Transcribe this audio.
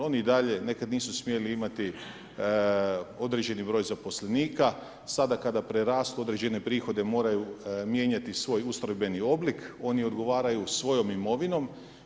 Oni i dalje, nekad nisu smjeli imati određeni broj zaposlenika, sada kada prerastu određene prihode moraju mijenjati svoj ustrojbeni oblik, oni odgovaraju svojom imovinom.